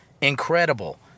Incredible